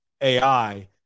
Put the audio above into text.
AI